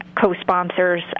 co-sponsors